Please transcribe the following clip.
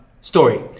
story